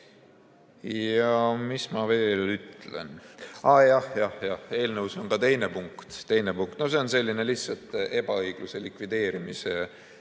Mis ma veel ütlen? Aa, jajah: eelnõus on ka teine punkt. Teine punkt on selline lihtsalt ebaõigluse likvideerimise